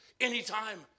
anytime